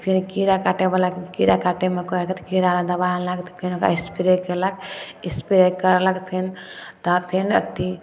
तऽ फेर कीड़ा काटैवलाके कीड़ा काटैमे कीड़ावला दवाइ अनलाके बाद तऽ फेन ओकरा एस्प्रे कएलक एस्प्रे करलक फेन तब फेन अथी